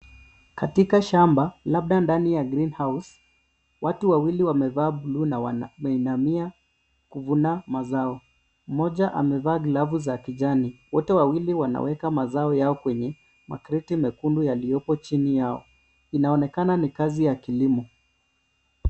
Katika shamba labda ndani ya green house , watu wawili wamevaa bluu na wanainamia kuvuna mazao moja amevaa glavu za kijani, wote wawili wanaweka mazao yao kwenye makredi mekundu yaliopo jini yao. Inaonekana ni kazi ya kilimo.